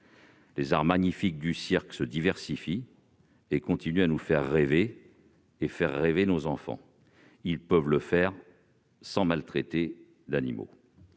Les arts magnifiques du cirque se diversifient et continuent de nous faire rêver, nous et nos enfants. Ils peuvent le faire sans maltraiter d'animaux.